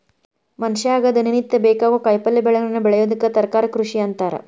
ಮನಷ್ಯಾಗ ದಿನನಿತ್ಯ ಬೇಕಾಗೋ ಕಾಯಿಪಲ್ಯಗಳನ್ನ ಬೆಳಿಯೋದಕ್ಕ ತರಕಾರಿ ಕೃಷಿ ಅಂತಾರ